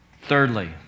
Thirdly